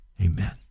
Amen